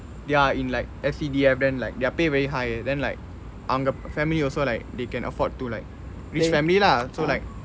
their in like S_C_D_F then like their pay very high then like அவங்க:avanga family also like they can afford to like rich family lah so like